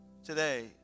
today